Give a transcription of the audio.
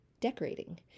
decorating